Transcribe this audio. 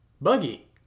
Buggy